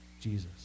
Jesus